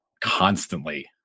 constantly